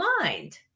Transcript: mind